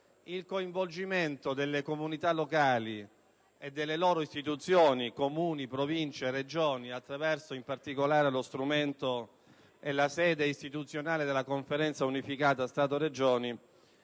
il coinvolgimento delle comunità locali e delle loro istituzioni, Comuni, Province e Regioni, in particolare attraverso lo strumento e la sede istituzionale della Conferenza unificata Stato-Regioni,